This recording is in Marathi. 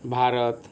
भारत